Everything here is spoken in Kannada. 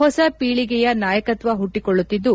ಹೊಸ ಪೀಳಿಗೆಯ ನಾಯಕತ್ವ ಹುಟ್ಟಕೊಳ್ಳುತ್ತಿದ್ದು